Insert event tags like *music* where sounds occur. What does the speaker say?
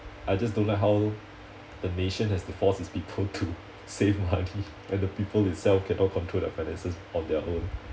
I just don't like how the nation has to force its people *laughs* to save money *laughs* and the people itself cannot control the finances of their own